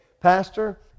Pastor